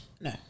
No